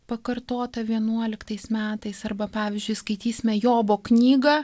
pakartota vienuoliktais metais arba pavyzdžiui skaitysime jobo knygą